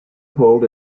pulled